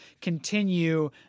continue